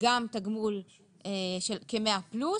גם תגמול כ-100 פלוס